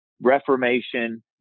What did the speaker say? Reformation